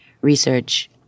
research